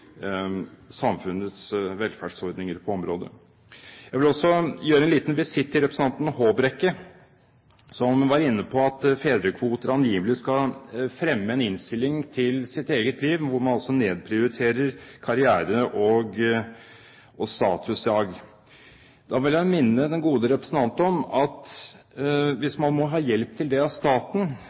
samfunnets velferdsordninger på området. Jeg vil også gjøre en liten visitt til representanten Håbrekke, som var inne på at fedrekvoter angivelig skal fremme en innstilling i ens eget liv, hvor man altså nedprioriterer karriere og statusjag. Da vil jeg minne den gode representant om at hvis man må ha hjelp til det av staten,